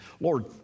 Lord